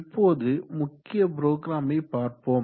இப்போது முக்கிய புரோகிராமை பார்ப்போம்